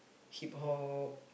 Hip Hop